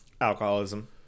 Alcoholism